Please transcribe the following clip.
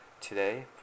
Today